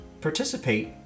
participate